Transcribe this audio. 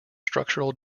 structural